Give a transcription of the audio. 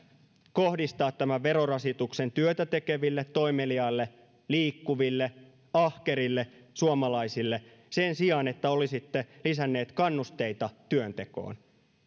kohdistaa tämän verorasituksen työtä tekeville toimeliaille liikkuville ahkerille suomalaisille sen sijaan että olisitte lisänneet kannusteita työntekoon